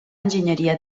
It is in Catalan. enginyeria